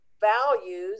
values